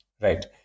right